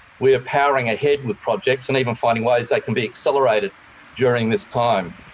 we are powering ahead with projects, and even finding ways they can be accelerated during this time.